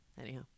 Anyhow